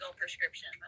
prescription